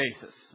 basis